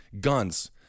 guns